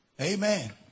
Amen